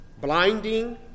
Blinding